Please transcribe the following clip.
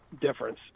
difference